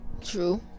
true